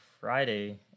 Friday